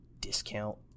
discount